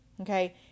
Okay